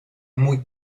muy